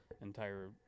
entire